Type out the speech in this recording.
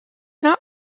not